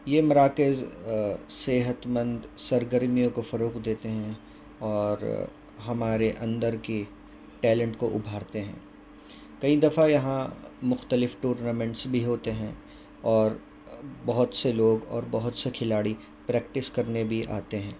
یہ مراکز صحت مند سرگرمیوں کو فروغ دیتے ہیں اور ہمارے اندر کی ٹیلنٹ کو ابھارتے ہیں کئی دفع یہاں مختلف ٹورنامنٹس بھی ہوتے ہیں اور بہت سے لوگ اور بہت سے کھلاڑی پریکٹس کرنے بھی آتے ہیں